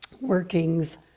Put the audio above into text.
workings